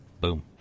Boom